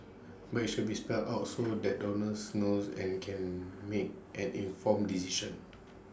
but IT should be spelled out so that donors knows and can make an informed decision